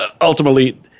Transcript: ultimately